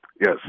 Yes